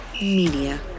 Media